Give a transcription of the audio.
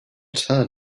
turn